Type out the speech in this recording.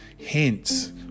Hence